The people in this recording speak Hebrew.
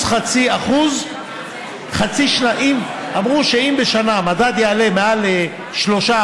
0.5%. אמרו שאם בשנה המדד יעלה מעל 3%,